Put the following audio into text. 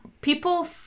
people